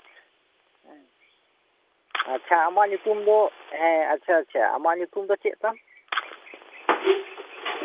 ᱦᱩᱸ ᱟᱪᱪᱷᱟ ᱟᱢᱟᱜ ᱧᱩᱛᱩᱢ ᱫᱚ ᱟᱪᱪᱷᱟ ᱟᱪᱪᱷᱟ ᱟᱪᱪᱷᱟ ᱟᱢᱟᱜ ᱧᱩᱛᱩᱢ ᱫᱚ ᱪᱮᱫ ᱛᱟᱢ